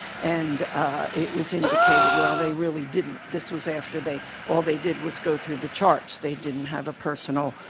and it was indicated, well, they really didn't. this was after they all they did was go through the charts. they didn't have a personal,